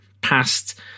past